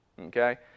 Okay